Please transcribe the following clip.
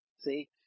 see